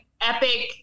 epic